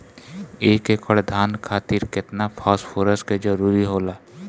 एक एकड़ धान खातीर केतना फास्फोरस के जरूरी होला?